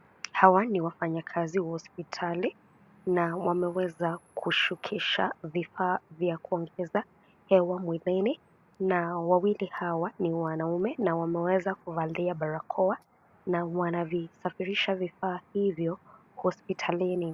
Hawa ni wafanyakazi wa hospitali na wameweza kushukisha vifaa vya kuongeza hewa mwilini, na wawili hawa ni wanaume na wameweza kuvalia barakoa, na wanavisafirisha vifaa hivyo hospitalini.